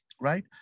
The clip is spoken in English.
right